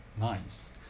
nice